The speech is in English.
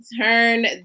Turn